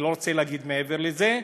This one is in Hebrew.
אני לא רוצה להגיד מעבר לזה,